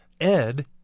Ed